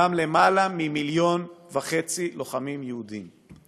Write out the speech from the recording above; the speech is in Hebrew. גם למעלה ממיליון וחצי לוחמים יהודים.